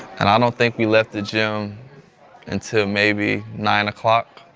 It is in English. and i don't think we left the gym until maybe nine o'clock.